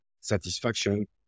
satisfaction